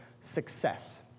success